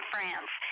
France